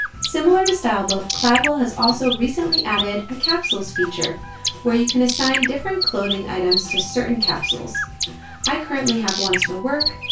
similar to style both cladwell has also recently added the capsules feature where you can assign different clothing items to certain capsules i currently have ones for work,